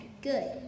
good